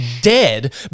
dead